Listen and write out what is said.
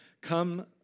come